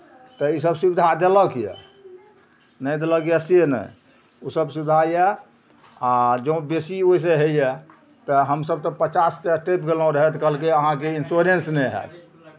तऽ इसभ सुविधा देलक यए नहि देलक यए से नहि ओसभ सुविधा यए आ जँ बेसी ओहिसँ होइए तऽ हमसभ तऽ पचाससे टपि गयलहुँ रहए तऽ कहलकै अहाँके इंश्योरेंस नहि हैत